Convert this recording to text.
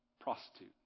prostitute